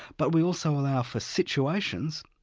but we also allow for situations,